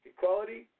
Equality